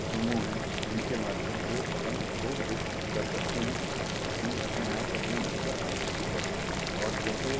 शोमो है इनके माध्यम से अपन उसको बुक कर सकते हैं और चीज़ अपने आप अपने घर पर आ सकती है और जैसे